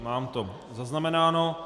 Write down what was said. Mám to zaznamenáno.